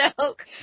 joke